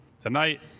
Tonight